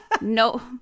No